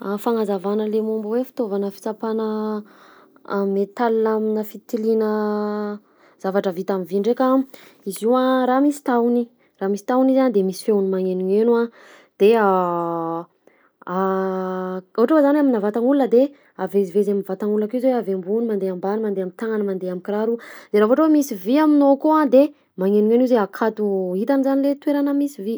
Fagnazavana le momba hoe fitaovana fitsapana métal aminà fitiliana zavatra vita am'vy ndraika: izy io a raha misy tahony, raha misy tahony izy a de misy feony magenogneno a de ohatra hoe zany aminà vatagn'olona de avezivezy am'vatagn'olona akeo izy hoe avy ambony mandeha ambany mandeha am'tagnana mandeha am'kiraro, de raha vao ohatra hoe misy vy aminao akao a de magnenogneno izy hoe akato, hitany zany le toerana misy vy.